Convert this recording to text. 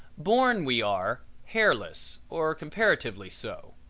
born, we are, hairless or comparatively so.